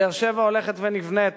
באר-שבע הולכת ונבנית,